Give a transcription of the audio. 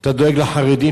אתה דואג לחרדים,